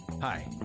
Hi